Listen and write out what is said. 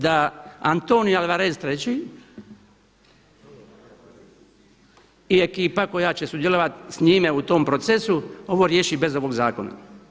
Da Antonio Alvarez III. i ekipa koja će sudjelovati s njime u tom procesu ovo riješi bez ovog zakona.